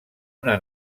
una